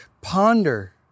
ponder